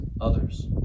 others